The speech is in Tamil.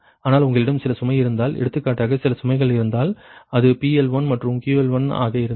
ஆனால் உங்களிடம் சில சுமை இருந்தால் எடுத்துக்காட்டாக சில சுமைகள் இருந்தால் அது PL1 மற்றும் QL1 ஆக இருந்தால்